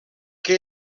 que